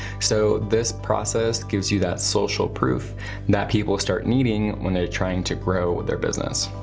so this process gives you that social proof that people start needing when they're trying to grow their business,